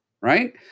right